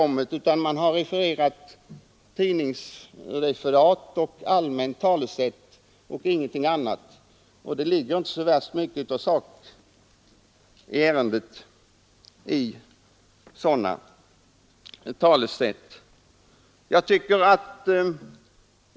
Man har bara refererat tidningsartiklar och använt sig av allmänna talesätt som ju inte innehåller någonting i sak.